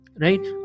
right